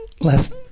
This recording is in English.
last